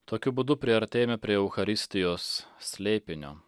tokiu būdu priartėjame prie eucharistijos slėpinio